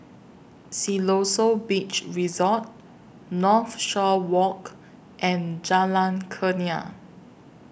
Siloso Beach Resort Northshore Walk and Jalan Kurnia